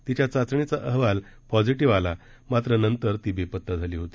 तिच्या चाचणीचा अहवाल पॉझीटिव्ह आला मात्र नंतर ती बेपत्ता झाली होती